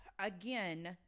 again